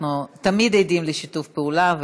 אנחנו תמיד עדים לשיתוף פעולה,